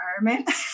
environment